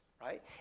right